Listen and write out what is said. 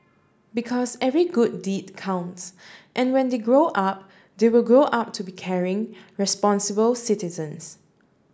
because every good deed counts and when they grow up they will grow up to be caring responsible citizens